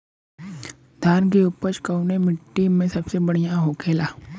धान की उपज कवने मिट्टी में सबसे बढ़ियां होखेला?